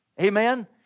Amen